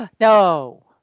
No